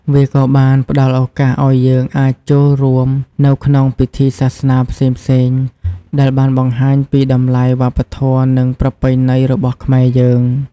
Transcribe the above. វាក៏បានផ្តល់ឱកាសឱ្យយើងអាចចូលរួមនៅក្នុងពិធីសាសនាផ្សេងៗ ដែលបានបង្ហាញពីតម្លៃវប្បធម៌និងប្រពៃណីរបស់ខ្មែរយើង។